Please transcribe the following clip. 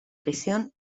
prisión